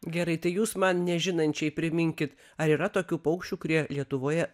gerai tai jūs man nežinančiai priminkit ar yra tokių paukščių kurie lietuvoje